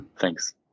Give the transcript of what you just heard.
thanks